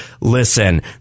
listen